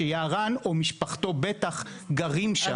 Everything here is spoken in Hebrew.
בטח לא שיערן ומשפחתו גרים בו.